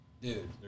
dude